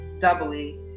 doubly